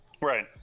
right